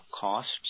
costs